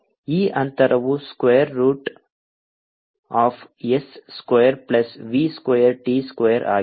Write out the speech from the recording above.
ಆದ್ದರಿಂದ ಈ ಅಂತರವು square root of s square plus v square t square ಆಗಿದೆ